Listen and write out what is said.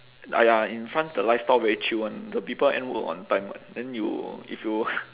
!aiya! in france the lifestyle very chill [one] the people end work on time [one] then you if you